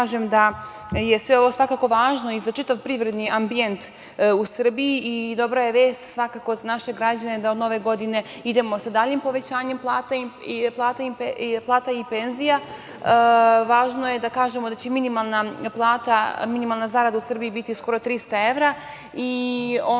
da kažem da je sve ovo svakako važno za čitav privredni ambijent u Srbiji i dobra je vest za naše građane da od nove godine idemo sa daljim povećanjem plata i penzija. Važno je da kažemo da će minimalna zarada u Srbiji biti skoro 300 evra i ono